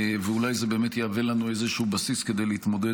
ואולי זה באמת יהווה לנו איזשהו בסיס כדי להתמודד